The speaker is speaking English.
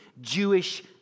Jewish